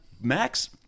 Max